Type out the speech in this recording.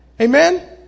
Amen